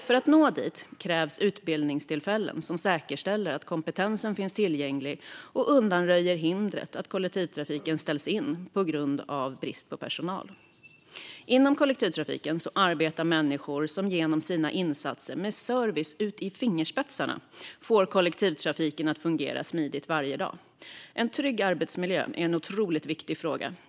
För att nå dit krävs utbildningstillfällen som säkerställer att kompetensen finns tillgänglig och undanröjer hindret att kollektivtrafik ställs in på grund av brist på personal. Inom kollektivtrafiken arbetar människor som genom sina insatser och med servicekänsla ut i fingerspetsarna får kollektivtrafiken att fungera smidigt varje dag. En trygg arbetsmiljö är en otroligt viktig fråga.